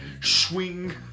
swing